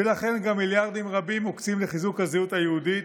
ולכן גם מיליארדים רבים מוקצים לחיזוק הזהות היהודית.